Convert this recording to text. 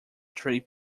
three